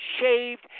shaved